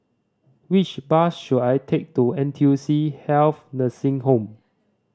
which bus should I take to N T U C Health Nursing Home